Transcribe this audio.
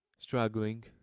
struggling